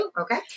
Okay